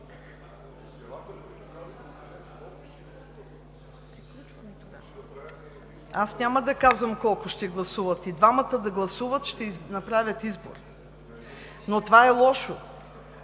Няма да казвам колко ще гласуват. И двамата да гласуват, ще направят избор. Това е лошо.